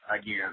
again